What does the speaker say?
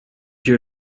your